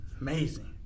amazing